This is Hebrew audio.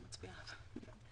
ירים את ידו?